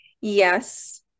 yes